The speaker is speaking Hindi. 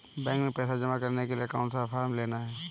बैंक में पैसा जमा करने के लिए कौन सा फॉर्म लेना है?